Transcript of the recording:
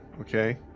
Okay